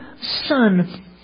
son